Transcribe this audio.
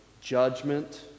judgment